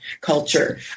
culture